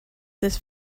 this